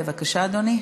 בבקשה, אדוני.